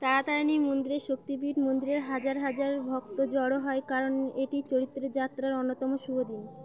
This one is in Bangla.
তারাতারিণী মন্দিরের শক্তিপীঠ মন্দিরের হাজার হাজার ভক্ত জড়ো হয় কারণ এটি চরিত্রে যাত্রার অন্যতম শুভদিন